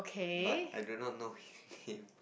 but I do not know who him